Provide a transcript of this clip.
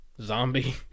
Zombie